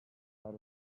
out